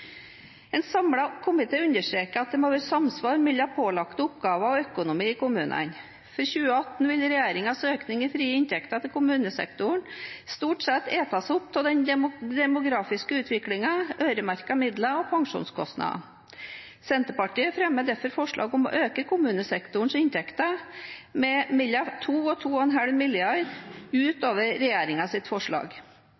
En samlet komité understreker at det må være samsvar mellom pålagte oppgaver og økonomi i kommunene. For 2018 vil regjeringens økning i frie inntekter til kommunesektoren stort sett spises opp av den demografiske utviklingen, øremerkede midler og pensjonskostnader. Senterpartiet fremmer derfor forslag om å øke kommunesektorens inntekter med mellom 2 mrd. og 2,5 mrd. kr ut